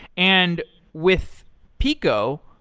and with peeqo,